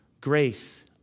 Grace